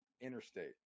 interstate